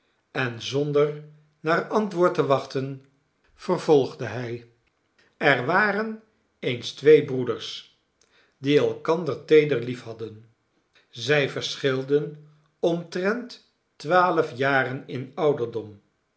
en zonder naar antwoord te wachten vervolgde hij er waren eens twee breeders die elkander teeder liefhadden zij verschilden omtrent twaalf jaren in ouderdom